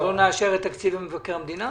בגלל זה לא נאשר את תקציב מבקר המדינה?